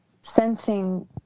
sensing